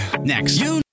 Next